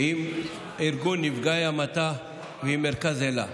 עם ארגון נפגעי עבירות המתה ועם "מרכז אלה".